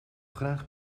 graag